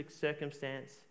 circumstance